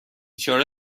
چاره